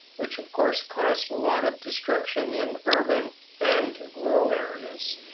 which of course caused a lot of destruction in urban and rural areas.